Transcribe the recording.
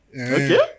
Okay